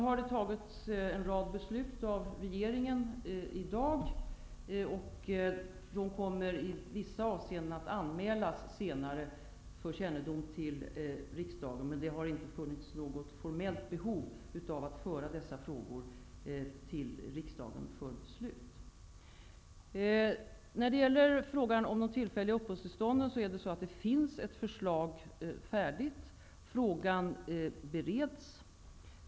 Regeringen har i dag fattat en rad beslut, och de kommer i vissa avseenden att anmälas senare för kännedom till riksdagen. Men det har inte funnits något formellt behov av att föra dessa frågor till riksdagen för beslut. Beträffande frågan om de tillfälliga uppehållstillstånden finns det ett förslag färdigt. Frågan bereds.